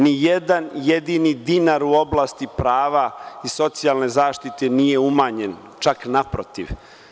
Nijedan jedini dinar u oblasti prava i socijalne zaštite nije umanjen, čak naprotiv.